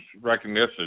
recognition